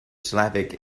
slavic